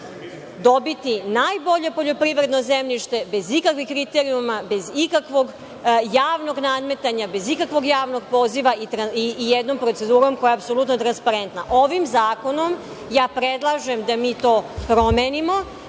dobiti najbolje poljoprivredno zemljište bez ikakvih kriterijuma, bez ikakvog javnog nadmetanja, bez ikakvog javnog poziva i jednom procedurom koja je apsolutno transparentna. Ovim zakonom ja predlažem da mi to promenimo